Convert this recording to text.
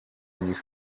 nich